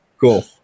cool